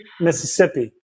Mississippi